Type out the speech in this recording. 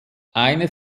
eine